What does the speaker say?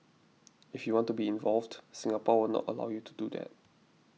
if you want to be involved Singapore will not allow you to do that